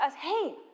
hey